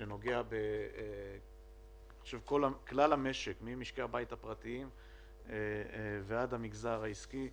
שנוגע לכלל המשק ממשקי הבית הפרטיים ועד המגזר העסקי.